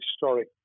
historic